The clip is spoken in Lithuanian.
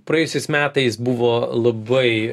praėjusiais metais buvo labai